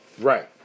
Right